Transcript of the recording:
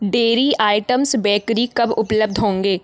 dairy items bakery कब उपलब्ध होंगे